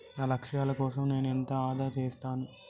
నా లక్ష్యాల కోసం నేను ఎంత ఆదా చేస్తాను?